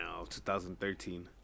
2013